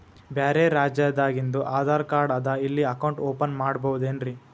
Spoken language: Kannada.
ಬ್ಯಾರೆ ರಾಜ್ಯಾದಾಗಿಂದು ಆಧಾರ್ ಕಾರ್ಡ್ ಅದಾ ಇಲ್ಲಿ ಅಕೌಂಟ್ ಓಪನ್ ಮಾಡಬೋದೇನ್ರಿ?